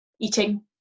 eating